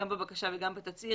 גם בבקשה וגם בתצהיר,